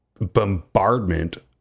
bombardment